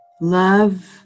love